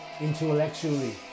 intellectually